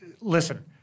listen